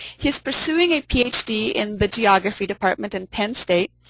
he is pursuing a ph d. in the geography department in penn state.